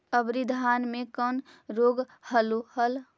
अबरि धाना मे कौन रोग हलो हल?